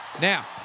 Now